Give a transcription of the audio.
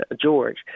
George